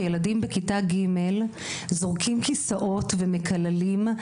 שילדים בכיתה ג' זורקים כיסאות ומקללים.